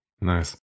Nice